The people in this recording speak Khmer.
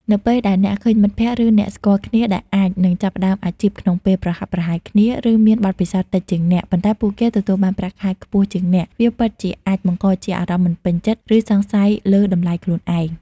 នៅពេលដែលអ្នកឃើញ មិត្តភ័ក្តិ ឬអ្នកស្គាល់គ្នា ដែលអាចនឹងចាប់ផ្ដើមអាជីពក្នុងពេលប្រហាក់ប្រហែលគ្នា ឬមានបទពិសោធន៍តិចជាងអ្នក ប៉ុន្តែពួកគេ ទទួលបានប្រាក់ខែខ្ពស់ជាងអ្នក វាពិតជាអាចបង្កជាអារម្មណ៍មិនពេញចិត្ត ឬសង្ស័យលើតម្លៃខ្លួនឯង។